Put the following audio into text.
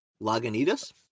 Lagunitas